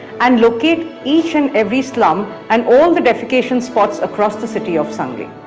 and locate each and every slum and all the defecation spots across the city of sangli.